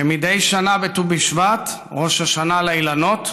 כמדי שנה בט"ו בשבט, ראש השנה לאילנות,